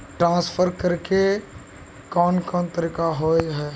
Transfer करे के कोन कोन तरीका होय है?